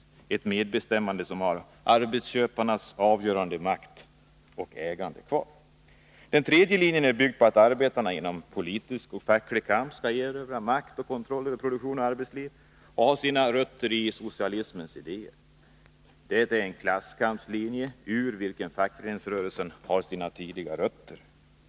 Det är ett medbestämmande där arbetsköparnas avgörande makt och ägandet finns kvar. Den tredje linjen är byggd på att arbetarna genom politisk och facklig kamp skall erövra makt och kontroll över produktion och arbetsliv, och den har sina rötter i socialismens idéer. Det är en klasskampslinje i vilken fackföreningsrörelsen har sina tidiga rötter.